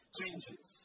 changes